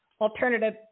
alternative